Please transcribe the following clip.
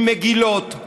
עם מגילות,